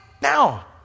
Now